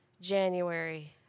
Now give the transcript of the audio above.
January